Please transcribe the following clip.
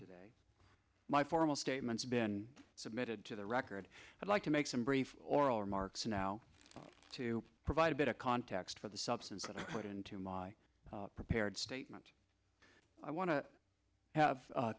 today my formal statements been submitted to the record i'd like to make some brief oral remarks now to provide a bit of context for the substance that i put into my prepared statement i want to have